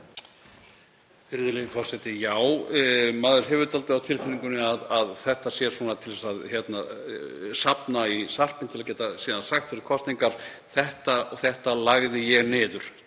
Virðulegi forseti. Já, maður hefur dálítið á tilfinningunni að þetta sé svona til að safna í sarpinn til að geta síðan sagt fyrir kosningar: Þetta og þetta lagði ég niður,